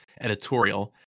editorial